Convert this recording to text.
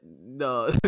no